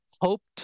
hoped